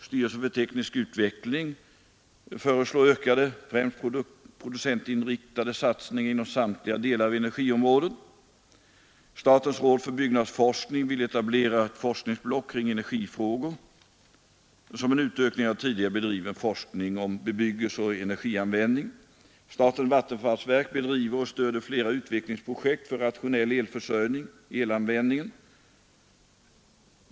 Styrelsen för teknisk utveckling föreslår ökade, främst producentinriktade, satsningar inom samtliga delar av energiområdet. Statens råd för byggnadsforskning vill etablera ett forskningsblock kring energifrågor som en utökning av tidigare bedriven forskning om bebyggelse och energianvändning. Statens vattenfallsverk bedriver och stöder flera utvecklingsprojekt för rationell elförsörjning.